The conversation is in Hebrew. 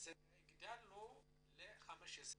אז הגדלנו ל-15 שנים.